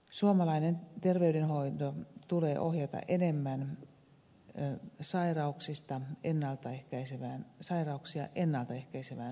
suomalaisen terveydenhoidon tulee ohjata enemmän sairauksia ennalta ehkäisevään suuntaan